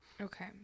Okay